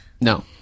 No